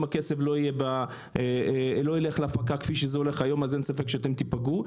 הכסף לא ילך להפקה כפי שזה הולך היום אין ספק שאתם תיפגעו.